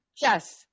Yes